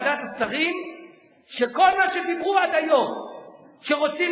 ועדת השרים החליטה ביום ראשון להפיל את החוק.